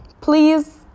please